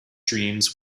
dreams